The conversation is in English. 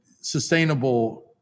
sustainable